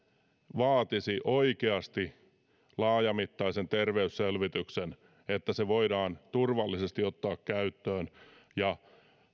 vaatisi oikeasti laajamittaisen terveysselvityksen että se voidaan turvallisesti ottaa käyttöön ja